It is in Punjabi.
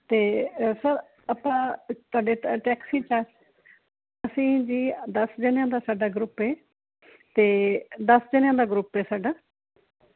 ਤੇ ਸਰ ਆਪਾਂ ਤੁਹਾਡੇ ਟੈਕਸੀ ਚ ਅਸੀਂ ਜੀ ਦੱਸ ਜਾਣਿਆ ਦਾ ਸਾਡਾ ਗਰੁੱਪ ਹੈ ਤੇ ਦੱਸ ਜਾਣਿਆ ਦਾ ਗਰੁੱਪ ਹੈ ਸਾਡਾ